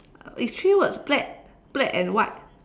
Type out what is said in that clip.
it's three words black black and white